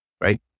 right